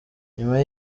nyuma